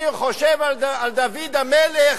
אני חושב על דוד המלך.